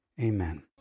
amen